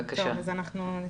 אנחנו נטפל בזה.